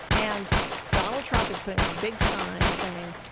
and donald trump is putting up a big sign saying,